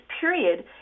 period